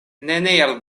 neniel